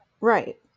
Right